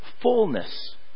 fullness